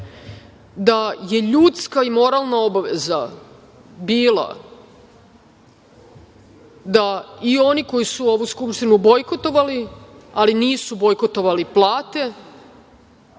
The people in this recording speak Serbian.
da je ljudska i moralna obaveza bila da i oni koji su ovu Skupštinu bojkotovali, ali nisu bojkotovali plate